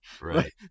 Right